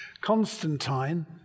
Constantine